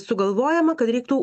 sugalvojama kad reiktų